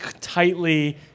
tightly